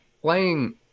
playing